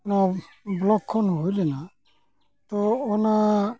ᱱᱚᱣᱟ ᱵᱞᱚᱠ ᱠᱷᱚᱱ ᱦᱩᱭᱞᱮᱱᱟ ᱛᱚ ᱚᱱᱟ